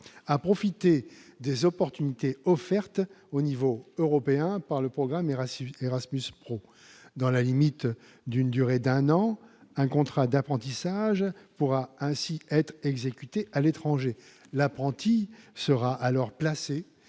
-à profiter des opportunités offertes au niveau européen par le programme Erasmus Pro. Dans la limite d'une durée d'un an, un contrat d'apprentissage pourra ainsi être exécuté à l'étranger. L'apprenti sera alors placé